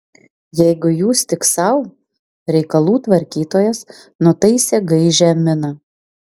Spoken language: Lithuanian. jeigu jūs tik sau reikalų tvarkytojas nutaisė gaižią miną